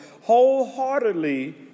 wholeheartedly